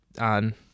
on